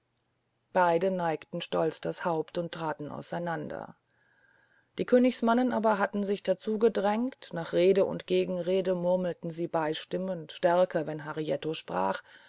beide neigten stolz das haupt und traten auseinander die königsmannen aber hatten sich dazu gedrängt nach rede und gegenrede murmelten sie beistimmend stärker wenn harietto sprach